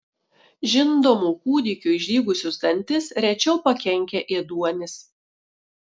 žindomų kūdikių išdygusius dantis rečiau pakenkia ėduonis